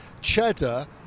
cheddar